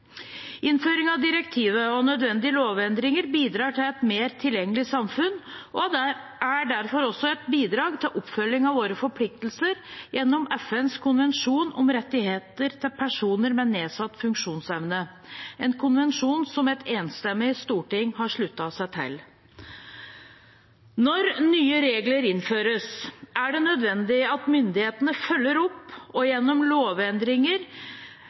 av direktivet og nødvendige lovendringer bidrar til et mer tilgjengelig samfunn, og det er derfor også et bidrag til oppfølging av våre forpliktelser gjennom FNs konvensjon om rettigheter til personer med nedsatt funksjonsevne – en konvensjon som et enstemmig storting har sluttet seg til. Når nye regler innføres, er det nødvendig at myndighetene følger opp, og gjennom lovendringer